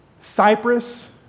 Cyprus